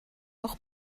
auch